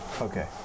Okay